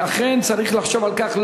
ואכן צריך לחשוב על כך,